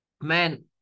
man